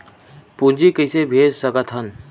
पूंजी कइसे भेज सकत हन?